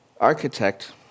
architect